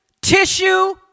tissue